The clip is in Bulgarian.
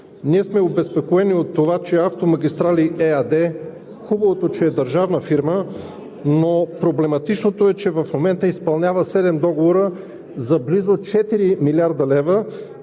ние сме обезпокоени от това, че „Автомагистрали“ ЕАД – хубавото е, че е държавна фирма, но проблематичното е, че в момента изпълнява седем договора за близо 4 млрд. лв.,